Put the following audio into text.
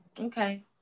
Okay